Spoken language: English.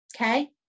okay